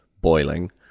boiling